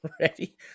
Ready